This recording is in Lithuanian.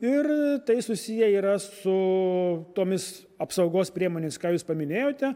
ir tai susiję yra su tomis apsaugos priemonės ką jūs paminėjote